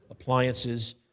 Appliances